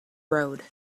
road